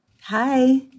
Hi